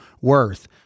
worth